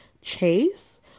chase